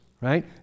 right